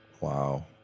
Wow